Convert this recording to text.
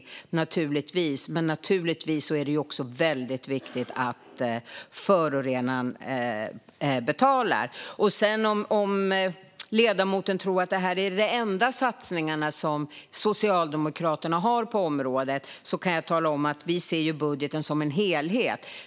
Men det är naturligtvis också viktigt att förorenaren betalar. Om ledamoten tror att det är de enda satsningar Socialdemokraterna har på området kan jag tala om att vi ser budgeten som en helhet.